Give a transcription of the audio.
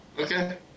Okay